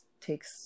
takes